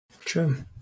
True